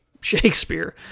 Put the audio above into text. Shakespeare